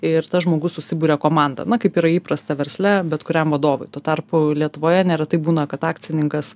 ir tas žmogus susiburia komanda na kaip yra įprasta versle bet kuriam vadovui tuo tarpu lietuvoje neretai būna kad akcininkas